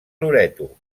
loreto